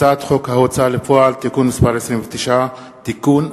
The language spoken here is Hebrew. הצעת חוק ההוצאה לפועל (תיקון מס' 29) (תיקון),